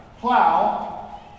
Plow